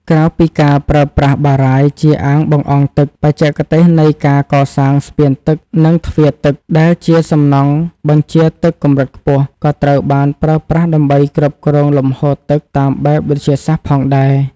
ក្រៅពីការប្រើប្រាស់បារាយណ៍ជាអាងបង្អង់ទឹក បច្ចេកទេសនៃការកសាង ស្ពានទឹក និងទ្វារទឹក ដែលជាសំណង់បញ្ជាទឹកកម្រិតខ្ពស់ ក៏ត្រូវបានប្រើប្រាស់ដើម្បីគ្រប់គ្រងលំហូរទឹកតាមបែបវិទ្យាសាស្ត្រផងដែរ។